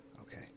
Okay